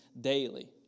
daily